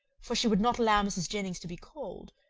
for she would not allow mrs. jennings to be called,